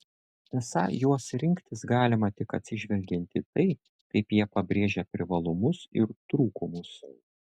esą juos rinktis galima tik atsižvelgiant į tai kaip jie pabrėžia privalumus ir trūkumus